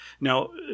Now